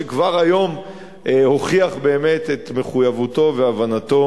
שכבר היום הוכיח באמת את מחויבותו והבנתו